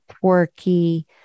quirky